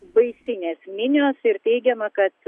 baisinės minios ir teigiama kad